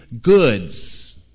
goods